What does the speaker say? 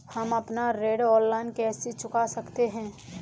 हम अपना ऋण ऑनलाइन कैसे चुका सकते हैं?